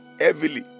heavily